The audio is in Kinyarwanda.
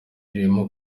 irimo